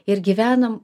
ir gyvenam